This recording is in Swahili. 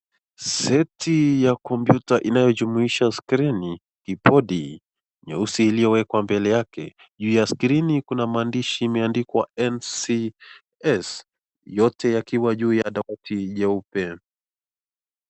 Seti ya komputa inayojumuisha skrini, kibodi nyeusi iliyowekwa mbele yake. Juu ya skrini kuna maandishi imeandikawa ncs yote yakiwa juu ya tofuti nyeupe.